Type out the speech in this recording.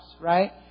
right